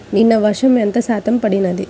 నిన్న వర్షము ఎంత శాతము పడినది?